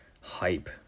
hype